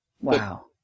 Wow